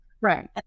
Right